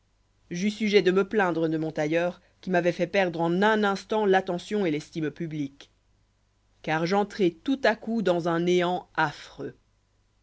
j'eus sujet de me plaindre de mon tailleur qui m'avoit fait perdre en un instant l'attention et l'estime publique car j'entrai tout à coup dans un néant affreux